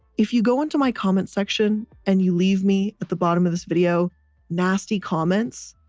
if you go into my comment section and you leave me at the bottom of this video nasty comments,